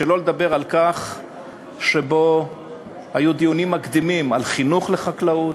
שלא לדבר על כך שהיו בו דיונים מקדימים על חינוך לחקלאות,